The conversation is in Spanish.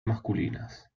masculinas